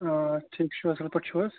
ٹھیٖک چھُو حظ اَصٕل پٲٹھۍ چھُو حظ